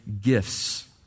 gifts